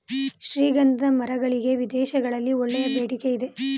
ಶ್ರೀಗಂಧದ ಮರಗಳಿಗೆ ವಿದೇಶಗಳಲ್ಲಿ ಒಳ್ಳೆಯ ಬೇಡಿಕೆ ಇದೆ